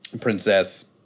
Princess